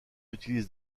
utilisent